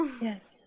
Yes